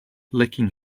licking